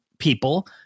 people